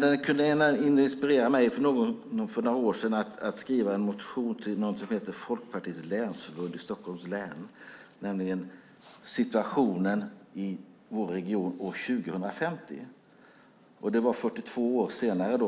Den inspirerade mig att för några år sedan skriva en motion till någonting som heter Folkpartiets länsförbund i Stockholms län och den handlade om situationen i vårt län år 2050. Det var 42 år senare.